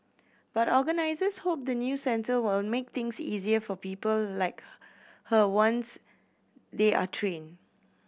but organisers hope the new centre will make things easier for people like her once they are trained